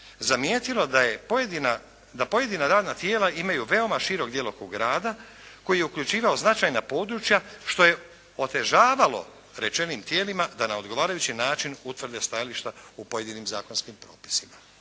pojedina, da pojedina radna tijela imaju veoma širok djelokrug rada koji je uključivao značajna područja što je otežavalo rečenim tijelima, da na odgovarajući način utvrde stajališta u pojedinim zakonskim propisima.